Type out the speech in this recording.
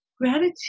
Gratitude